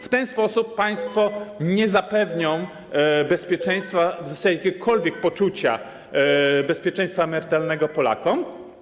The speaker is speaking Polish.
W ten sposób państwo nie zapewnią bezpieczeństwa, w zasadzie jakiegokolwiek poczucia bezpieczeństwa emerytalnego Polakom.